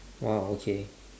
!wow! okay